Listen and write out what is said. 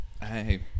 Hey